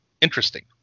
interesting